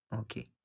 Okay